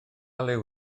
liw